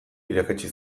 irakatsi